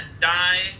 die